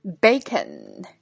Bacon